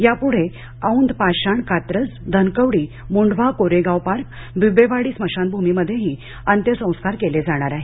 यापुढे औंध पाषाण कात्रज धनकवडी मुंढवा कोरेगाव पार्क बिबवेवाडी स्मशानभूमीमध्येही अंत्यसंस्कार केले जाणार आहेत